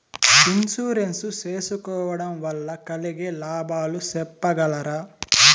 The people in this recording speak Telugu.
ఇన్సూరెన్సు సేసుకోవడం వల్ల కలిగే లాభాలు సెప్పగలరా?